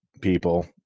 people